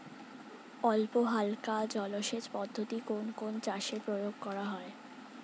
অল্পহালকা জলসেচ পদ্ধতি কোন কোন চাষে প্রয়োগ করা হয়?